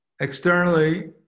externally